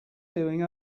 doing